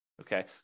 Okay